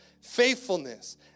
faithfulness